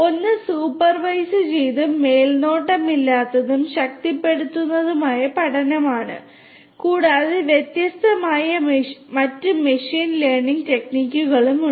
ഒന്ന് സൂപ്പർവൈസുചെയ്തതും മേൽനോട്ടമില്ലാത്തതും ശക്തിപ്പെടുത്തുന്നതുമായ പഠനമാണ് കൂടാതെ വ്യത്യസ്തമായ മറ്റ് മെഷീൻ ലേണിംഗ് ടെക്നിക്കുകളും ഉണ്ട്